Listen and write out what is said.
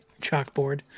chalkboard